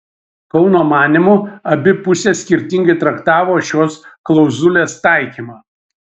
kauno manymu abi pusės skirtingai traktavo šios klauzulės taikymą